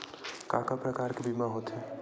का का प्रकार के बीमा होथे?